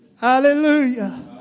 Hallelujah